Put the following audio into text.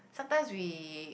sometimes we